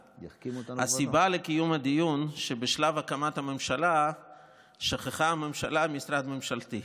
הסיבה לקיום הדיון היא שבשלב הקמת הממשלה שכחה הממשלה משרד ממשלתי,